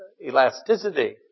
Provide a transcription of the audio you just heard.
elasticity